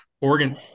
Oregon